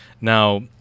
now